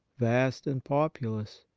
vast and populous.